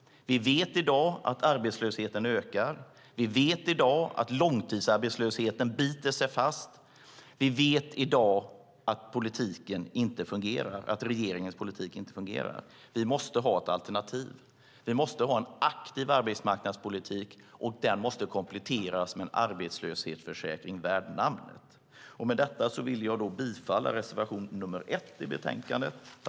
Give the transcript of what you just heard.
Med detta vill jag yrka bifall till reservation nr 1 i betänkandet.